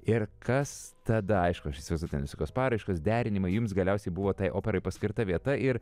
ir kas tada aišku aš įsivaizduoju ten visokios paraiškos derinimai jums galiausiai buvo tai operai paskirta vieta ir